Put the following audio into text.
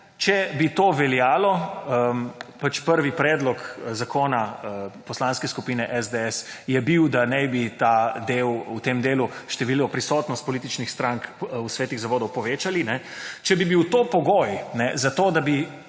Če bi to veljalo, pač prvi predlog zakona Poslanske skupine SDS je bil, da naj bi del, v tem delu, število prisotnost političnih strank v svetih zavodov povečali. Če bi bil to pogoj za to, da bi